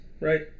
Right